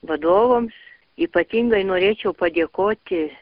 vadovams ypatingai norėčiau padėkoti